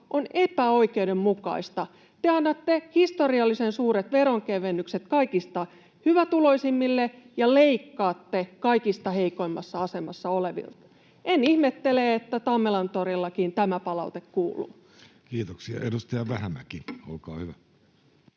on epäoikeudenmukaista. Te annatte historiallisen suuret veronkevennykset kaikista hyvätuloisimmille ja leikkaatte kaikista heikoimmassa asemassa olevilta. En ihmettele, että Tammelantorillakin tämä palaute kuuluu. Kiitoksia. — Edustaja Vähämäki, olkaa hyvä.